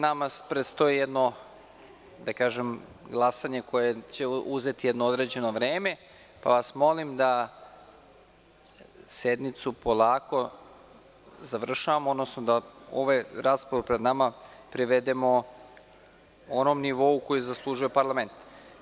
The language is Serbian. Nama predstoji jedno glasanje koje će uzeti jedno određeno vreme, pa vas molim da sednicu polako završavamo, odnosno da raspravu privedemo onom nivou koji zaslužuje parlament.